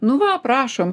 nu va prašom